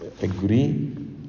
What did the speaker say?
agree